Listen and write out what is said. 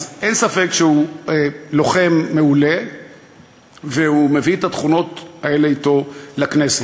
אז אין ספק שהוא לוחם מעולה והוא מביא את התכונות האלה אתו לכנסת.